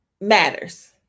matters